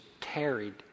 tarried